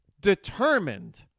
determined